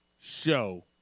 show